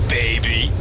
baby